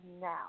now